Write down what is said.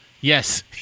Yes